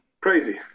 crazy